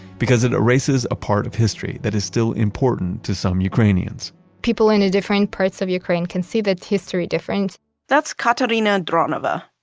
because it erases a part of history that is still important to some ukrainians people in different parts of ukraine can see that history difference that's kateryna dronova.